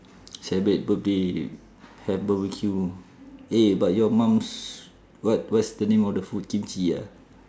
celebrate birthday have barbecue eh but your mum's what what's the name of the food kimchi ah